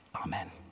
Amen